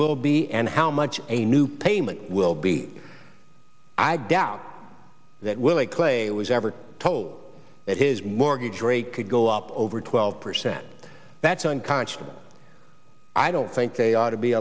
will be and how much a new payment will be i doubt that willy clay was ever told that his mortgage rate could go up over twelve percent that's unconscionable i don't think they ought